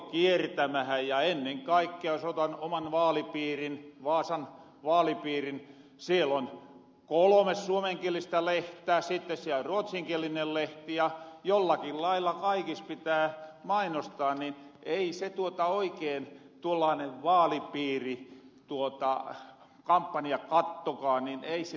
ja ennen kaikkea jos otan oman vaalipiirin vaasan vaalipiirin siel on kolome suomenkielistä lehteä sitte siel on ruotsinkielinen lehti ja jollakin lailla kaikis pitää mainostaa niin ei se oikeen tuollaanen vaalipiirit tuota olekaan väliä tarttukaa niin ei vaalipiirikampanjakattokaan